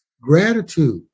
Gratitude